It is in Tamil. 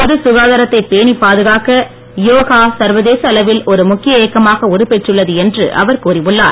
பொது சுகாதாரத்தை பேணி பாதுகாக்க யோகா சர்வதேச அளவில் ஒரு முக்கிய இயக்கமாக உருபெற்றுள்ளது என்று அவர் கூறி உள்ளார்